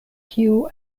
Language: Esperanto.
kiu